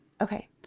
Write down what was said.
Okay